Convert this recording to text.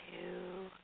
two